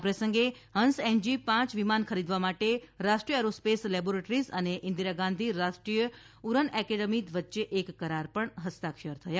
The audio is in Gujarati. આ પ્રસંગે હંસ એનજી પાંચ વિમાન ખરીદવા માટે રાષ્ટ્રીય એરોસ્પેસ લેબોરેટરીઝ અને ઇન્દિરા ગાંધી રાષ્ટ્રીય ઉરન એકેડેમી વચ્ચે એક કરાર પર હસ્તાક્ષર થયા